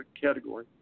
category